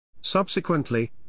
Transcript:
Subsequently